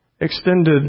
extended